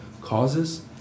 causes